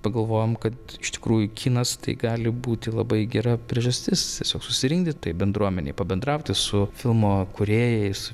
pagalvojom kad iš tikrųjų kinas tai gali būti labai gera priežastis susirinkti tai bendruomenei pabendrauti su filmo kūrėjais